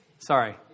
Sorry